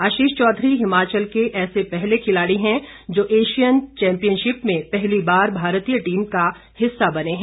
आशीष चौधरी हिमाचल के ऐसे पहले खिलाड़ी है जो एशियन चैम्पियनशिप में पहली बार भारतीय टीम का हिस्सा बने हैं